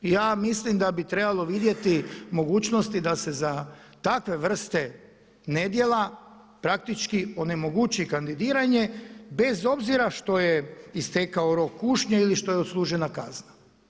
Ja mislim da bi trebalo vidjeti mogućnosti da se za takve vrste nedjela praktički onemogući kandidiranje bez obzira što je istekao rok kušnje ili što je istekla kazna.